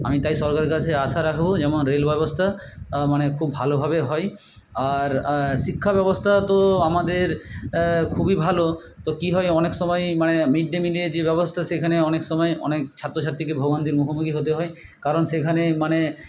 আমি তাই সরকারের কাছে আশা রাখব যেমন রেল ব্যবস্থা মানে খুব ভালোভাবে হয় আর শিক্ষাব্যবস্থা তো আমাদের খুবই ভালো তো কী হয় অনেক সময়ই মানে মিড ডে মিলে যে ব্যবস্থা সেখানে অনেক সময় অনেক ছাত্রছাত্রীকে ভোগান্তির মুখোমুখি হতে হয় কারণ সেখানে মানে